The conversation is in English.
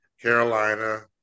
Carolina